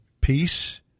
peace